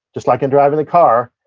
just like in driving a car,